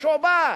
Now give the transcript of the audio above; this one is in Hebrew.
משועבד,